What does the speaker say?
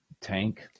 Tank